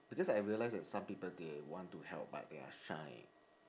because I realised that some people they want to help but they are shy